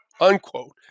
unquote